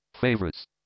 favorites